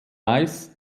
rice